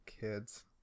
kids